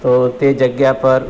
તો તે જગ્યા પર